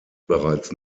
bereits